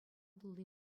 тулли